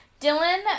Dylan